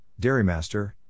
Dairymaster